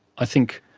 i think,